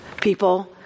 people